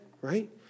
right